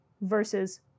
versus